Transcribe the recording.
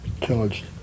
Charged